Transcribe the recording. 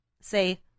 Say